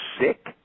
sick